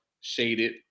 shaded